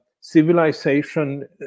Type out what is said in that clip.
civilization